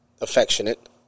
affectionate